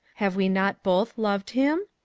have we not both loved him?